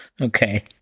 okay